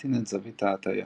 ולהקטין את זווית ההטיה.